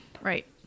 right